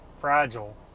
fragile